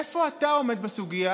איפה אתה עומד בסוגיה?